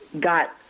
got